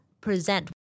present